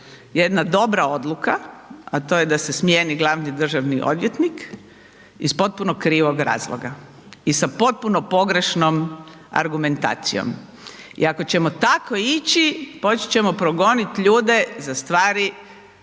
jedna dobra odluka, a to je da se smijeni glavni državni odvjetnik iz potpuno krivog razloga i sa potpuno pogrešnom argumentacijom. I ako ćemo tako ići, počet ćemo progoniti ljude za stvari